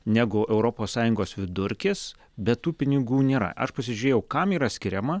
negu europos sąjungos vidurkis bet tų pinigų nėra aš pasižiūrėjau kam yra skiriama